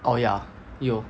oh ya 有